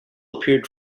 appeared